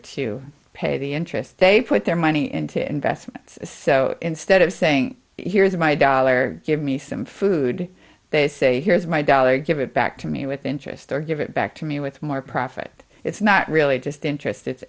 to pay the interest they put their money into investments so instead of saying here is my dollar give me some food they say here is my dollar give it back to me with interest or give it back to me with more profit it's not really just interest it's